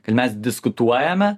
kad mes diskutuojame